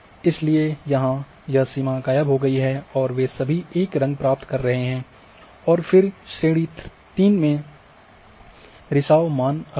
इसलिए यहाँ सीमा गायब हो गई है और वे सभी एक रंग प्राप्त कर रहे हैं और फिर श्रेणी 3 में रिसाव मान अलग है